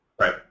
Right